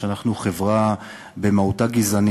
שאנחנו חברה גזענית במהותה.